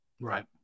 Right